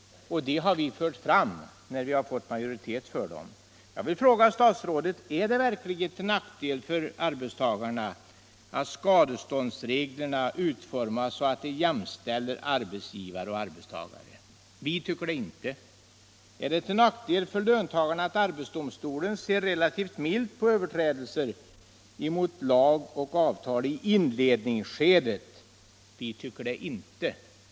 Jag vill fråga statsrådet: Är det verkligen till nackdel för arbetstagarna att skadeståndsreglerna utformas så att arbetsgivare och arbetstagare jämställs? Vi tycker det inte. Är det till nackdel för löntagarna att arbetsdomstolen ser relativt milt på överträdelser mot lag och avtal i inledningsskedet? Vi tycker det inte.